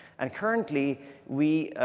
and currently we